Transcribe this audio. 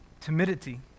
timidity